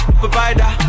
provider